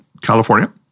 California